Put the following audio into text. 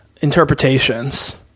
interpretations